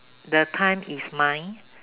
the time is mine